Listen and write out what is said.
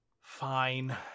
fine